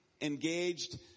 engaged